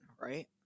right